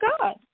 God